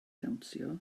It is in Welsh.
dawnsio